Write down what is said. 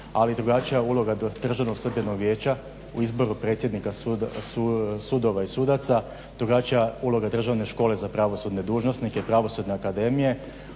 ali i drugačija uloga Državnog sudbenog vijeća u izboru predsjednika sudova i sudaca, drugačija uloga Državne škole za pravosudne dužnosnike, Pravosudne akademije.